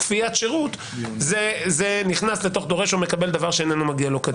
כפיית שירות זה נכנס לתוך "דורש או מקבל דבר שאינו מגיע לו כדין".